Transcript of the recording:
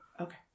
Okay